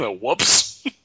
whoops